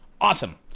Awesome